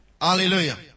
hallelujah